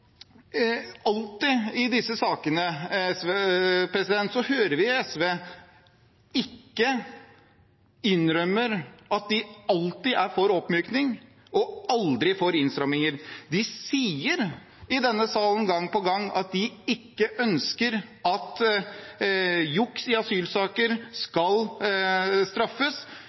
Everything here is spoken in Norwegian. alltid er for oppmykning og aldri for innstramminger. De sier i denne salen gang på gang at de ønsker at juks i asylsaker skal straffes,